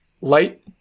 light